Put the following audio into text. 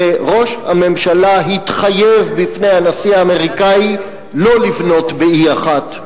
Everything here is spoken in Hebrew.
וראש הממשלה התחייב בפני הנשיא האמריקני לא לבנות ב-E1.